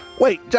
Wait